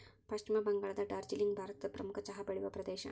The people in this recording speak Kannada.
ಪಶ್ಚಿಮ ಬಂಗಾಳದ ಡಾರ್ಜಿಲಿಂಗ್ ಭಾರತದ ಪ್ರಮುಖ ಚಹಾ ಬೆಳೆಯುವ ಪ್ರದೇಶ